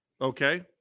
Okay